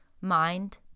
mind